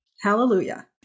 hallelujah